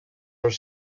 are